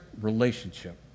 relationship